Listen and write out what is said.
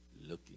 looking